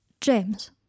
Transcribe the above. James